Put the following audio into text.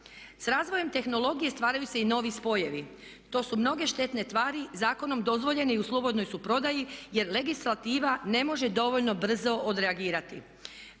S razvojem tehnologije stvaraju se i novi spojevi, to su mnoge štetne tvari zakonom dozvoljene i u slobodnoj su prodaji jer legislativa ne može dovoljno brzo odreagirati.